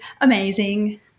amazing